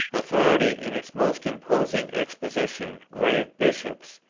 authority in its most imposing exhibition, grave bishops,